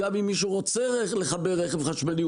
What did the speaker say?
גם אם מישהו רוצה לחבר רכב חשמלי,